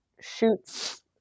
shoots